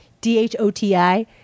D-H-O-T-I